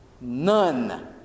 none